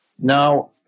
Now